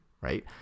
right